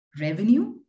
revenue